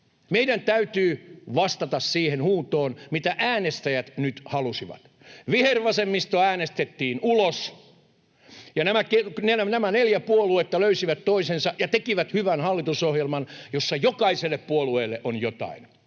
Meidän täytyy vastata siihen huutoon, mitä äänestäjät nyt halusivat: vihervasemmisto äänestettiin ulos, ja nämä neljä puoluetta löysivät toisensa ja tekivät hyvän hallitusohjelman, jossa jokaiselle puolueelle on jotain.